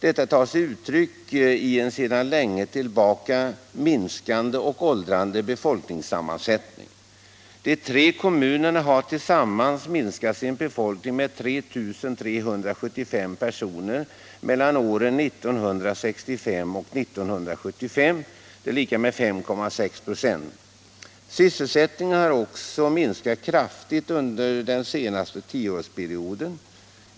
Det tar sig uttryck i en sedan länge minskande och åldrande befolkning. De tre kommunerna har till sammans fått sin befolkning minskad med 3 375 personer mellan åren 1965 och 1975, dvs. med 5,6 96. Sysselsättningen har också minskat kraftigt under den senaste tioårsperioden.